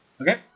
Okay